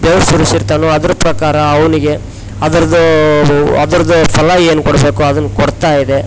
ಬೆವ್ರು ಸುರಿಸಿರ್ತಾನೊ ಅದ್ರ ಪ್ರಕಾರ ಅವನಿಗೆ ಅದ್ರದ್ದು ಅದ್ರದ್ದು ಫಲ ಏನು ಕೊಡಬೇಕು ಅದನ್ನು ಕೊಡ್ತಾ ಇದೆ